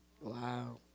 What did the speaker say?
Wow